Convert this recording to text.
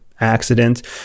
accident